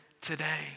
today